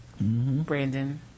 Brandon